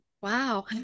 Wow